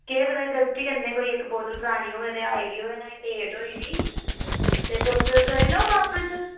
केह् पता गलती कन्नै कोई इक बोतल परानी होऐ आई दी होऐ नुहाड़ी डेट होई दी ते तुस करी लैओ बापस